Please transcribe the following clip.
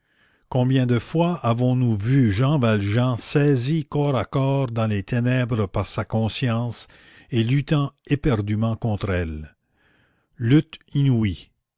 combien de fois avons-nous vu jean valjean saisi corps à corps dans les ténèbres par sa conscience et luttant éperdument contre elle lutte inouïe